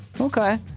Okay